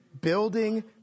Building